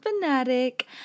fanatic